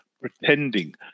pretending